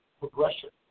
progression